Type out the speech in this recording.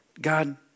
God